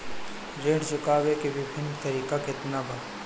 ऋण चुकावे के विभिन्न तरीका केतना बा?